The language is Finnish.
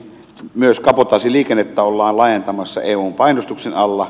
myös kabotaasiliikennettä ollaan laajentamassa eun painostuksen alla